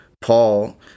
Paul